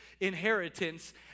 inheritance